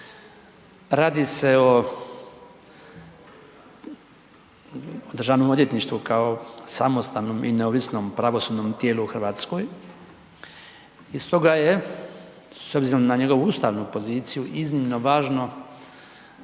Radi se o Državnom odvjetništvu kao samostanom i neovisnom pravosudnom tijelu u Hrvatskoj i stoga je s obzirom na njegovu ustavnu poziciju iznimno važno